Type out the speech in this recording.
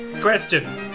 Question